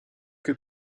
que